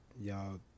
y'all